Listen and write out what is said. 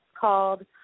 called